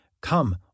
Come